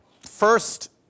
First